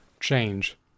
change